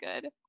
good